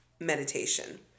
meditation